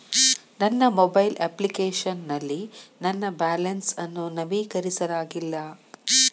ನನ್ನ mobile application ನಲ್ಲಿ ನನ್ನ ಬ್ಯಾಲೆನ್ಸ್ ಅನ್ನು ನವೀಕರಿಸಲಾಗಿಲ್ಲ